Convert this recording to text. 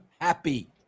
happy